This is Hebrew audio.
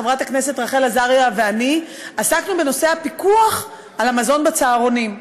חברת הכנסת רחל עזריה ואני עסקנו בנושא הפיקוח על המזון בצהרונים.